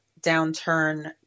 downturn